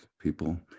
people